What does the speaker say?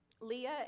Leah